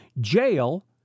Jail